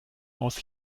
aus